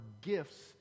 gifts